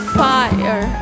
fire